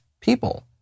people